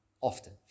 often